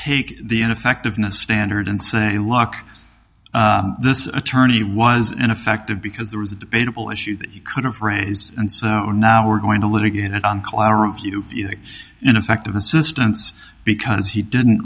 take the ineffectiveness standard and say look this attorney was ineffective because there was a debatable issue that you could've raised and so now we're going to litigate it on clareview ineffective assistance because he didn't